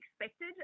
expected